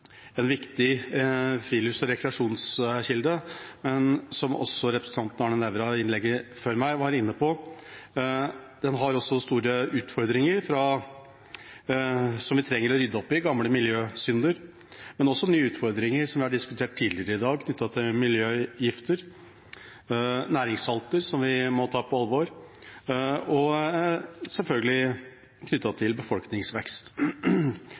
en viktig frilufts- og rekreasjonskilde. Men som representanten Nævra i innlegget før meg var inne på, har den også store utfordringer som vi trenger å rydde opp i – gamle miljøsynder, men også nye utfordringer, som vi har diskutert tidligere i dag, knyttet til miljøgifter, næringssalter, som vi må ta på alvor, og selvfølgelig befolkningsvekst. Med det kommer vi inn på fiskeforvaltningen. Jeg vil rette oppmerksomheten litt sørover, til